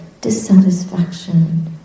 dissatisfaction